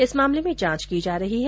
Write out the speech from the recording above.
इस मामले में जांच की जा रही है